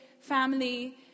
family